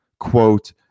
Quote